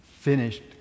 Finished